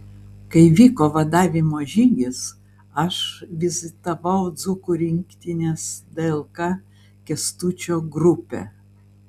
kai vyko vadavimo žygis aš vizitavau dzūkų rinktinės dlk kęstučio grupę